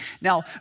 Now